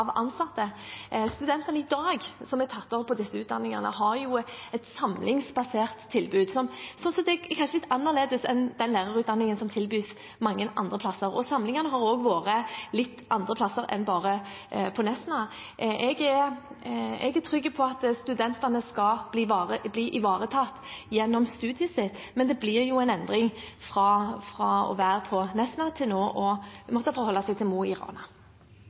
tatt opp på disse utdanningene, har et samlingsbasert tilbud, som slik sett kanskje er litt annerledes enn den lærerutdanningen som tilbys mange andre steder, og samlingene har også vært litt andre steder enn bare på Nesna. Jeg er trygg på at studentene skal bli ivaretatt gjennom studiet sitt, men det blir jo en endring fra å være på Nesna til nå å måtte forholde seg til Mo i Rana.